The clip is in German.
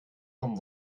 vom